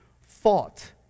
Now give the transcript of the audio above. fought